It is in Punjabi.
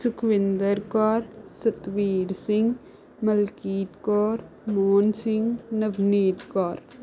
ਸੁਖਵਿੰਦਰ ਕੌਰ ਸਤਵੀਰ ਸਿੰਘ ਮਲਕੀਤ ਕੌਰ ਮੋਹਨ ਸਿੰਘ ਨਵਨੀਤ ਕੌਰ